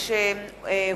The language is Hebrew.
התש"ע 2010,